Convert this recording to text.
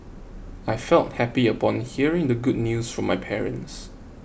I felt happy upon hearing the good news from my parents